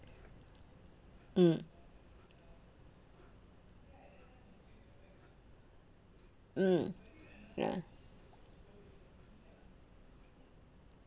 mm mm ya